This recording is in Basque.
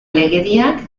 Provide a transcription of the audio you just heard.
legediak